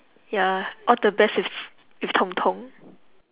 ya all the best with qi~ tong-tong